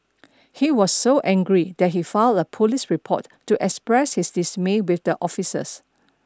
he was so angry that he filed a police report to express his dismay with the officers